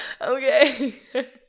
Okay